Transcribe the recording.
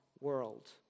world